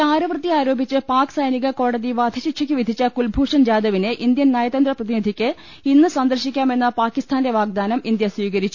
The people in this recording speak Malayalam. ചാരവൃത്തിയാരോപിച്ച് പാക്സൈനിക കോടതി വധശി ക്ഷയ്ക്ക് വിധിച്ച കുൽഭൂഷൺ ജാദവിനെ ഇന്ത്യൻ നയതന്ത്രപ്ര തിനിധിക്ക് ഇന്ന് സന്ദർശിക്കാമെന്ന പാക്കിസ്ഥാന്റെ വാഗ്ദാനം ഇന്ത്യ സ്വീകരിച്ചു